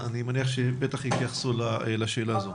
אני מניח שיתייחסו לשאלה הזאת.